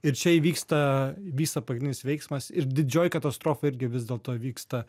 ir čia įvyksta vyksta pagrindinis veiksmas ir didžioji katastrofa irgi vis dėlto vyksta